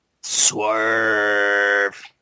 Swerve